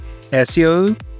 SEO